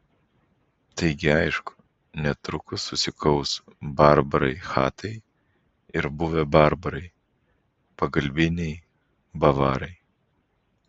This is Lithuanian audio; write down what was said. taigi aišku netrukus susikaus barbarai chatai ir buvę barbarai pagalbiniai bavarai